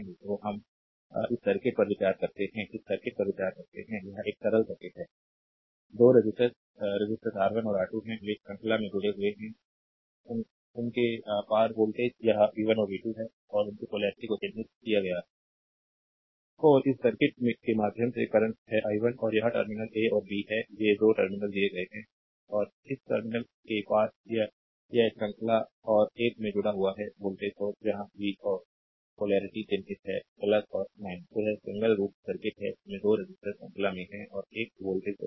तो अब हम इस सर्किट पर विचार करते हैं इस सर्किट पर विचार करते हैं यह एक सरल सर्किट है स्लाइड टाइम देखें 1545 2 रेसिस्टर रेसिस्टर्स R1 और R2 हैं वे श्रृंखला में जुड़े हुए हैं उनके पार वोल्टेज यह v 1 और v 2 है और उनकी पोलेरिटी को चिह्नित किया गया है और इस सर्किट के माध्यम से करंट है i और यह टर्मिनल a और b है ये 2 टर्मिनल दिए गए हैं और इस टर्मिनल के पार यह श्रृंखला और एक में जुड़ा हुआ है वोल्टेज सोर्स वहाँ v और पोलेरिटी चिह्नित है और तो यह सिंगल लूप सर्किट है जिसमें 2 रेसिस्टर्स श्रृंखला में हैं और एक वोल्टेज सोर्स है